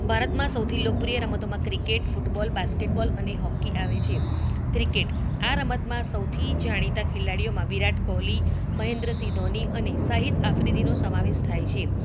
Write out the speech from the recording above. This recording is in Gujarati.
ભારતમાં સૌથી લોકપ્રિય રમતોમાં ક્રિકેટ ફૂટબોલ બાસ્કેટબોલ અને હોકી આવે છે ક્રિકેટ આ રમતમાં સૌથી જાણીતા ખેલાડીઓમાં વિરાટ કોહલી મહેન્દ્રસિંહ ધોની અને શાહિદ આફ્રિદીનો સમાવેશ થાય છે